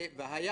והיה